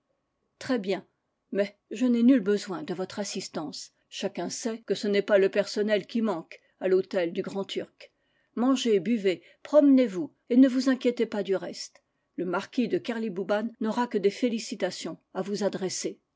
très bien mais je n'ai nul besoin de votre assistance chacun sait que ce n'est pas le personnel qui manque à l'hôtel du grand-turc mangez buvez promenez vous et ne vous inquiétez pas du reste le marquis de kerlibouban n'aura que des félicitations à vous adresser